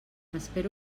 espero